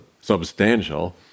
substantial